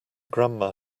grandma